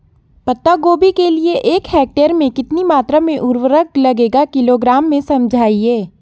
पत्ता गोभी के लिए एक हेक्टेयर में कितनी मात्रा में उर्वरक लगेगा किलोग्राम में समझाइए?